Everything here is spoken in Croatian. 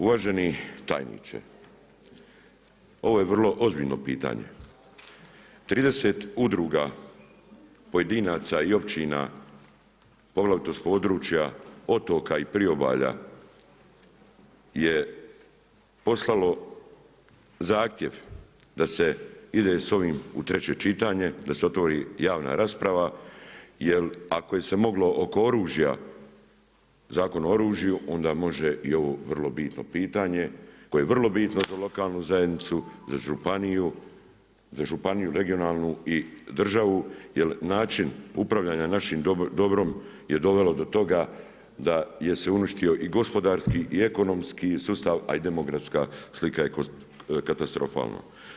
Uvaženi tajniče, ovo je vrlo ozbiljno pitanje, 30 udruga, pojedinaca i općina poglavito sa područja otoka i priobalja je poslalo zahtjev da se ide sa ovim u treće čitanje, da se otvori javna rasprava jer ako se je moglo oko oružja, Zakon o oružju onda može i ovo vrlo bitno pitanje koje je vrlo bitno za lokalnu zajednicu, za županiju regionalnu i državu jer način upravljanja našim dobrom je dovelo do toga da se je uništio i gospodarski i ekonomski sustav a i demografska slika je katastrofalna.